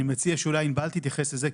אני מציע שענבל משש תתייחס גם לזה,